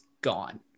gone